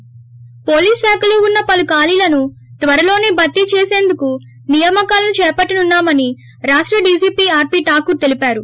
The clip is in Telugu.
ి పోలీసు శాఖలో వున్న పలు కాళీలను త్వరలోనే భర్తీ చేసేందుకు నియామకాలను చేపట్టనున్నా మని రాష్ట్ర డీజీపీ ఆర్నీ ఠాకూర్ తెలిపారు